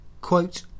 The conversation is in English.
quote